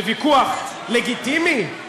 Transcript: בוויכוח לגיטימי,